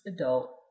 adult